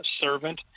servant